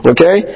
Okay